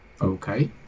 Okay